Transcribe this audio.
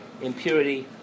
impurity